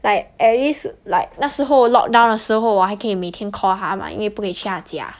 like at least like 那时候 lockdown 的时候我还可以每天 call 她吗又不可以去她家